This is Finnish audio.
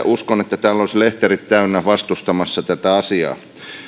uskon että täällä olisivat lehterit täynnä ihmisiä vastustamassa tätä asiaa